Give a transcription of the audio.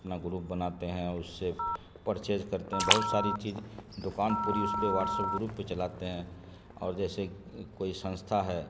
اپنا گروپ بناتے ہیں اس سے پرچیز کرتے ہیں بہت ساری چیز دوکان پوری اس پہ واٹسپ گروپ پہ چلاتے ہیں اور جیسے کوئی سنستھا ہے